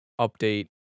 update